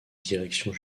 directions